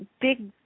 big